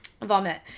Vomit